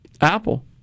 Apple